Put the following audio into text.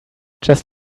just